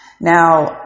Now